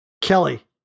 Kelly